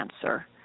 cancer